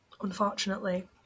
unfortunately